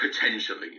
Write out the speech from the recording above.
potentially